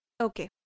Okay